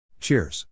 Cheers